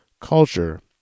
culture